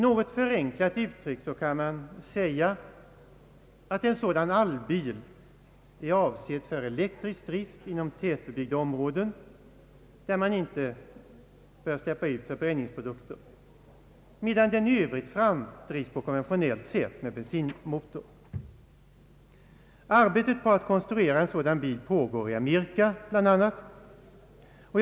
Något förenklat uttryckt kan man säga att en sådan allbil är avsedd för eldrift inom tätt bebyggda områden, där förbränningsprodukter inte bör få släppas ut, medan den i övrigt framdrivs på konventionellt sätt med bensinmotor. Arbetet på att konstruera en sådan bil pågår bl.a. i Amerika.